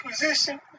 position